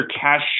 cash